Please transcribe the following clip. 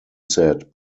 said